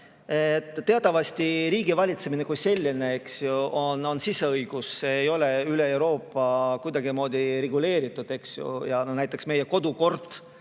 Teatavasti riigivalitsemine kui selline, eks ju, on siseõigus. See ei ole üle Euroopa kuidagimoodi reguleeritud. Näiteks meie kodukord